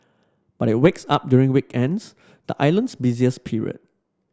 but it wakes up during weekends the island's busiest period